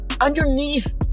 underneath